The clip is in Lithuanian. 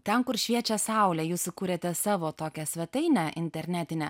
ten kur šviečia saulė jūs sukurėte savo tokią svetainę internetinę